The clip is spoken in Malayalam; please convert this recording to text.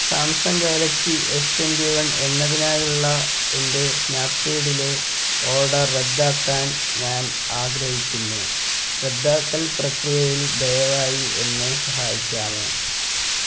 Samsung Galaxy S twenty one എന്നതിനായുള്ള എൻ്റെ സ്നാപ്സീഡിലെ ഓർഡർ റദ്ദാക്കാൻ ഞാൻ ആഗ്രഹിക്കുന്നു റദ്ദാക്കൽ പ്രക്രിയയിൽ ദയവായി എന്നെ സഹായിക്കാമോ